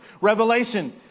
Revelation